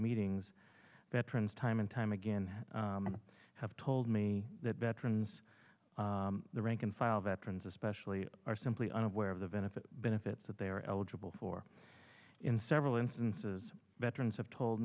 meetings veterans time and time again have told me that veterans the rank and file veterans especially are simply unaware of the benefits benefits that they are eligible for in several instances veterans have told